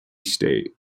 state